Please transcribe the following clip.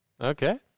Okay